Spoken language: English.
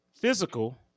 physical